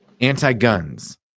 Anti-guns